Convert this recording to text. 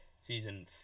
Season